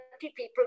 people